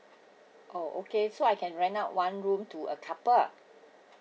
oh okay so I can rent out one room to a couple